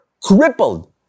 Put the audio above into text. crippled